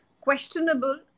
questionable